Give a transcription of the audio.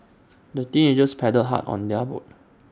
the teenagers paddled hard on their boat